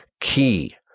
Key